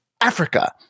Africa